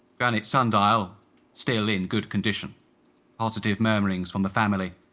granite sundial still in good condition ositive murmurings from the family.